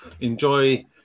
Enjoy